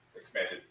expanded